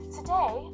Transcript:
Today